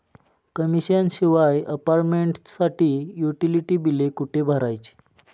Commission शिवाय अपार्टमेंटसाठी utility बिले कुठे भरायची?